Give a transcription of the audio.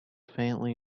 faintly